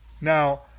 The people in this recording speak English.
Now